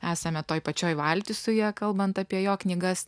esame toj pačioj valty su ja kalbant apie jo knygas